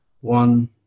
one